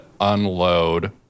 unload